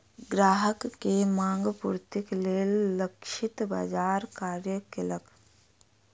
ग्राहक के मांग पूर्तिक लेल लक्षित बाजार कार्य केलक